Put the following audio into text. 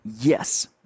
yes